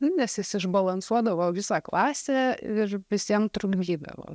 nes jis išbalansuodavo visą klasę ir visiem trukdydavo